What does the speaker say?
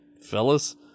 fellas